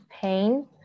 pain